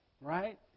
Right